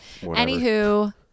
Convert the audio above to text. Anywho